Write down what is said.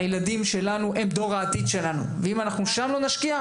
הילדים שלנו הם דור העתיד שלנו, ואם לא נשקיע שם,